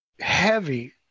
heavy